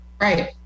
Right